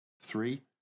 Three